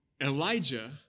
Elijah